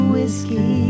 Whiskey